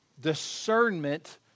discernment